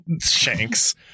Shanks